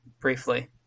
briefly